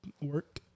work